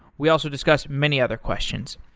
we also discuss many other questions.